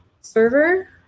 server